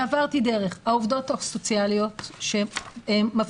ועברתי דרך העובדות הסוציאליות שמפגינות,